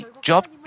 Job